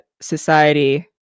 society